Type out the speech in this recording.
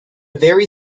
very